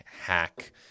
hack